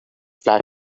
flash